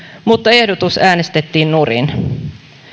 mutta ehdotus äänestettiin nurin